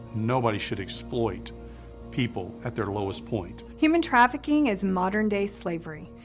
nobody should exploit people at their lowest point. human trafficking is modern day slavery.